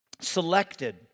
selected